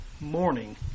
morning